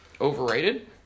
overrated